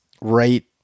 right